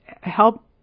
help